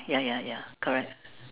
ya ya ya correct